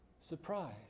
surprise